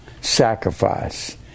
sacrifice